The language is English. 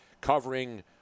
covering